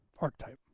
archetype